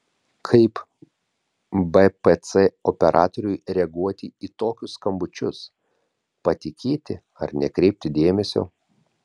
kaip bpc operatoriui reaguoti į tokius skambučius patikėti ar nekreipti dėmesio